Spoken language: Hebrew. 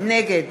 נגד